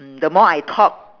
mm the more I talk